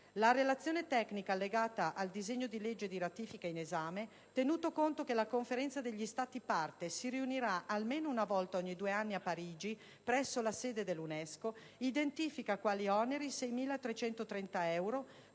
La Relazione tecnica allegata al disegno di legge in esame, tenuto conto che la Conferenza degli Stati parte si riunirà almeno una volta ogni due anni a Parigi presso la sede dell'UNESCO, identifica quali oneri 6.330 euro